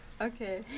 Okay